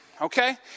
okay